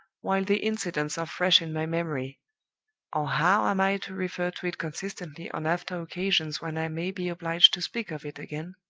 while the incidents are fresh in my memory or how am i to refer to it consistently on after-occasions when i may be obliged to speak of it again?